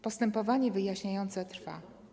Postępowanie wyjaśniające trwa.